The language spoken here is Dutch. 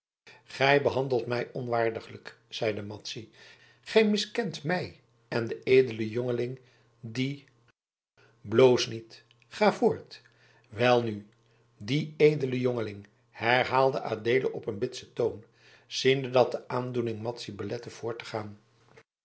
gij behandelt mij onwaardiglijk zeide madzy gij miskent mij en den edelen jongeling die bloos niet maar ga voort welnu die edele jongeling herhaalde adeelen op een bitsen toon ziende dat de aandoening madzy belette voort te gaan